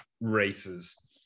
races